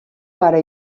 pare